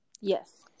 Yes